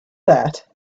that